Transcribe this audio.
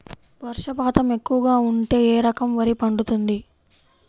వర్షపాతం ఎక్కువగా ఉంటే ఏ రకం వరి పండుతుంది?